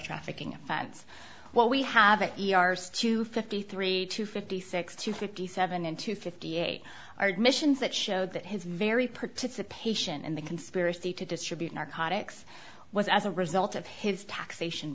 trafficking offense what we have to fifty three to fifty six to fifty seven in two fifty eight are missions that showed that his very participation in the conspiracy to distribute narcotics was as a result of his taxation